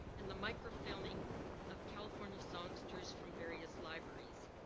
and the microfilming of california songs choice from various libraries.